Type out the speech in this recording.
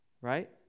right